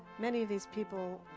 many of these people